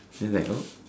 then like oh